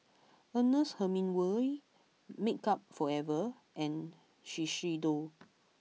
Ernest Hemingway Makeup Forever and Shiseido